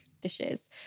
dishes